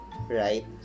right